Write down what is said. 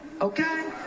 okay